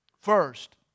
First